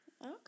Okay